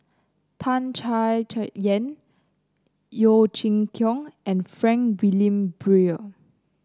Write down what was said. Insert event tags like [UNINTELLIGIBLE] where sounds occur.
Tan Chay [UNINTELLIGIBLE] Yan Yeo Chee Kiong and Frank Wilmin Brewer